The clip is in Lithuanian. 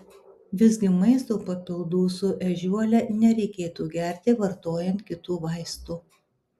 visgi maisto papildų su ežiuole nereikėtų gerti vartojant kitų vaistų